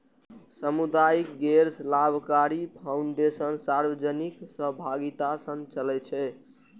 सामुदायिक गैर लाभकारी फाउंडेशन सार्वजनिक सहभागिता सं चलै छै